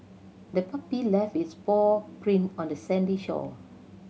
the puppy left its paw print on the sandy shore